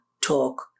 talk